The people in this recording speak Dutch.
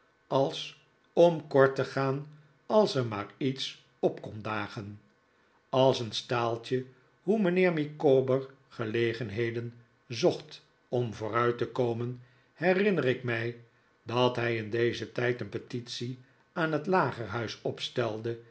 als om kort te gaan als er maar iets op komt dagen als een staaltje hoe mijnheer micawber gelegenheden zocht om vooruit te komen herinner ik mij dat hij in dezen tijd een petitie aan het lagerhuis opstelde